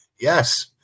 Yes